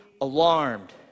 alarmed